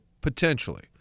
potentially